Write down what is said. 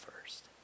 first